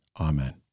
Amen